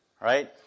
right